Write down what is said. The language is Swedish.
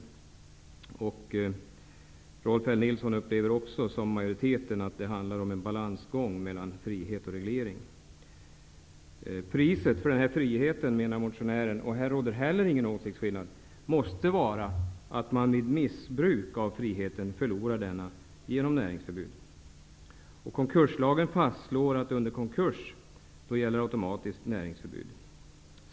Rolf L. Nilson upplever, som majoriteten, att det handlar om en balansgång mellan frihet och reglering. Priset för friheten, menar motionären, måste vara att man vid missbruk av friheten förlorar denna genom näringsförbud. Inte heller här råder det någon åsiktsskillnad. Konkurslagen fastslår att det under konkurs automatiskt råder näringsförbud.